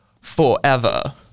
forever